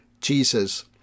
Jesus